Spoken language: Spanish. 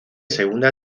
segunda